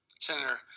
Senator